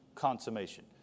consummation